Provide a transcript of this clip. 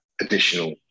additional